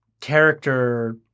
character